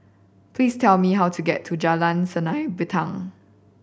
please tell me how to get to Jalan Sinar Bintang